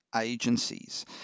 agencies